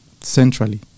centrally